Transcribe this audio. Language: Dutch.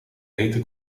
hete